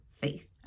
faith